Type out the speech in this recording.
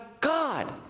God